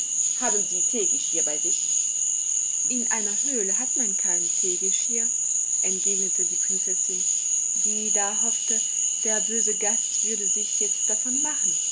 haben sie teegeschirr bei sich in einer höhle hat man kein teegeschirr entgegnete die prinzessin die da hoffte der böse gast würde sich jetzt davon machen